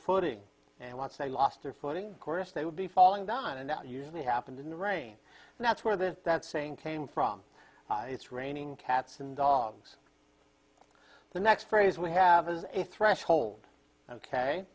footing and once they lost their footing chorus they would be falling down and that usually happened in the rain and that's where there's that saying came from it's raining cats and dogs the next phrase we have is a threshold ok